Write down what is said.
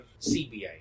CBI